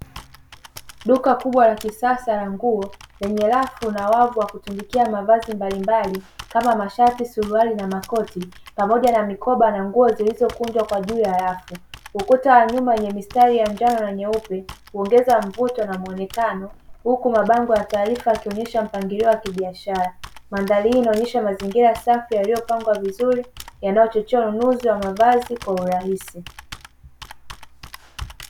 Duka kubwa la kisasa la nguo, lenye rafu na wavu wa kutundikia mavazi mbalimbali kama mashati, suruali na makoti, pamoja na mikoba na nguo zilizokunjwa kwa juu ya rafu. Ukuta wa nyuma wenye mistari ya njano na nyeupe huongeza mvuto na muonekano, huku mabango ya taarifa yakionyesha mpangilio wa kibiashara. Mandhari hii inaonyesha mazingira safi yaliyopangwa vizuri yanayochochea ununuzi wa mavazi kwa urahisi.